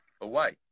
away